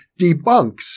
debunks